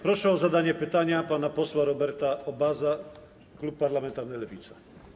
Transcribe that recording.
Proszę o zadanie pytania pana posła Roberta Obaza, klub parlamentarny Lewica.